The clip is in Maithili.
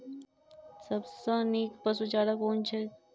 सबसँ नीक पशुचारा कुन छैक?